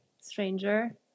Stranger